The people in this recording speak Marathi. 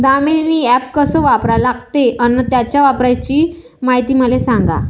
दामीनी ॲप कस वापरा लागते? अन त्याच्या वापराची मायती मले सांगा